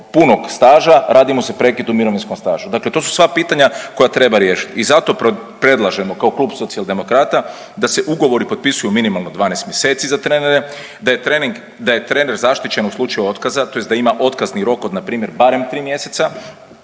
punog staža radi mu se prekid u mirovinskom stažu. Dakle, to su sva pitanja koja treba riješiti. I zato predlažemo kao klub Socijaldemokrata da se ugovori potpisuju minimalno 12 mjeseci za trenere, da je trener zaštićen u slučaju otkaza tj. da ima otkazni rok od npr. barem tri mjeseca,